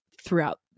throughout